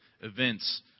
events